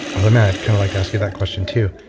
although, man, i'd kind of like to ask you that question too.